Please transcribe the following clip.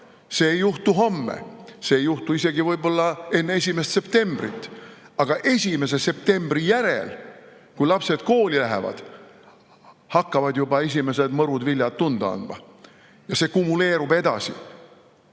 see ei juhtu homme, see ei juhtu isegi võib-olla enne 1. septembrit, aga 1. septembri järel, kui lapsed kooli lähevad, hakkavad juba esimesed mõrud viljad tunda andma. Ja see kumuleerub edasi.